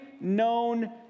known